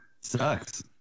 sucks